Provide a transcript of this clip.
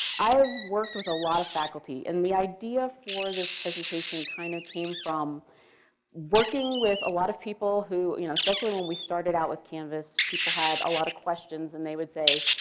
i've worked with a lot of faculty and the idea for this presentation kind of came from working with a lot of people who you know especially when we started out with canvas, people had a lot of questions and they would say,